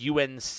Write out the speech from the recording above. UNC